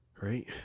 right